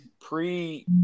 pre